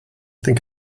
think